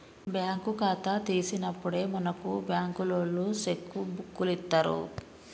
bank ఖాతా తీసినప్పుడే మనకు బంకులోల్లు సెక్కు బుక్కులిత్తరు